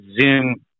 Zoom